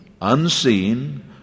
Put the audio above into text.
unseen